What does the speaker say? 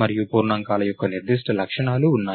మరియు పూర్ణాంకాల యొక్క నిర్దిష్ట లక్షణాలు ఉన్నాయి